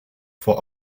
vor